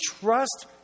trust